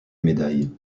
médaille